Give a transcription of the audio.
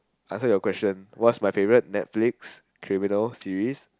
I heard your question what's my favourite Netflix criminal series